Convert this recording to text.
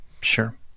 sure